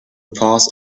pause